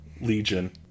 Legion